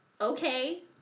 Okay